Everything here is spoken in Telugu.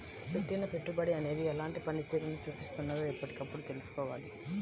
పెట్టిన పెట్టుబడి అనేది ఎలాంటి పనితీరును చూపిస్తున్నదో ఎప్పటికప్పుడు తెల్సుకోవాలి